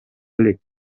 элек